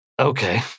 Okay